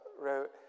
wrote